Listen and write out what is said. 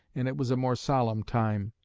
and it was a more solemn time.